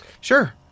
Sure